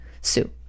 sue